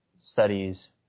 studies